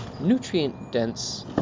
nutrient-dense